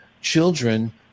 children